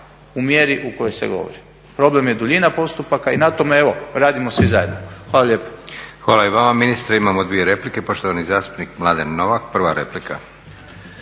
u mjeri u kojoj se govori, problem je duljina postupaka i na tome eto radimo svi zajedno. Hvala lijepo. **Leko, Josip (SDP)** Hvala i vama ministre. Imamo 2 replike, poštovani zastupnik Mladen Novak prva replika.